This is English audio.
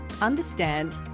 understand